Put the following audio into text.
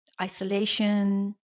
Isolation